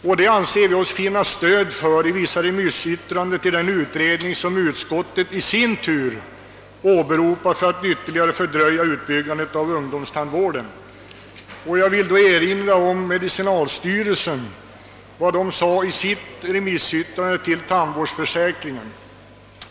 Vi finner stöd för denna uppfattning i vissa remissyttranden till den utredning som utskottet i sin tur åberopar för att ytterligare fördröja utbyggandet av ungdomstandvården. Låt mig erinra om vad medicinalstyrelsen uttalade i sitt remissyttrande rörande tandvårdstörsäkringen.